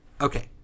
Okay